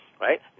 right